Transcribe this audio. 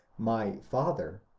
my father,